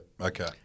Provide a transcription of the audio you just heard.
okay